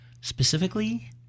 Specifically